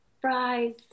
fries